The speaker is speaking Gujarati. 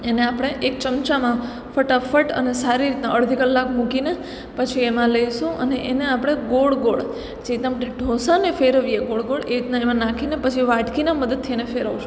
એને આપણે એક ચમચામાં ફટાફટ અને સારી રીતના અડધી કલાક મૂકીને પછી એમાં લઇશું અને એને આપણે ગોળ ગોળ જેવી રીતનાં આપણે ઢોસાને ફેરવીએ ગોળ ગોળ એવીરીતનાં એમાં નાખીને પાછી વાટકીનાં મદદથી એને ફેરવીશું